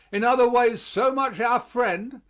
in other ways so much our friend,